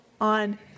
on